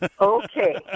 Okay